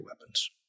weapons